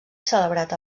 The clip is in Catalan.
celebrat